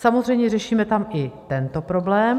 Samozřejmě řešíme tam i tento problém.